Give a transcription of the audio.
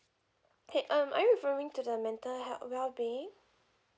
okay um are you referring to the mental health well being